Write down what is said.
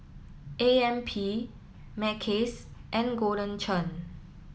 A M P Mackays and Golden Churn